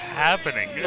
happening